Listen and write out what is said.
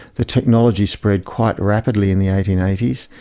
the technology spread quite rapidly in the eighteen eighty s.